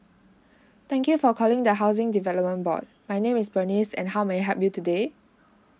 thank you for calling the housing development board my name is bernice and how may I help you today